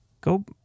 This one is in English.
go